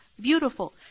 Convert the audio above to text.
beautiful